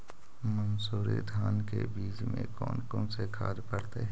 मंसूरी धान के बीज में कौन कौन से खाद पड़तै?